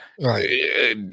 right